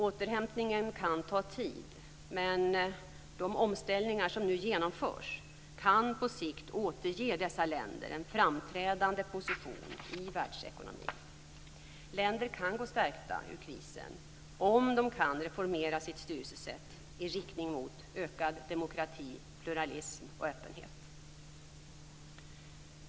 Återhämtningen kan ta tid. Men de omställningar som nu genomförs kan på sikt återge dessa länder en framträdande position i världsekonomin. Länder kan gå stärkta ur krisen om de kan reformera sitt styrelsesätt i riktning mot ökad demokrati, pluralism och öppenhet.